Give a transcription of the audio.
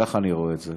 ככה אני רואה את זה.